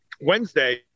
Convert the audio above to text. Wednesday